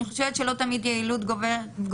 אני חושבת שלא תמיד יעילות גוברת,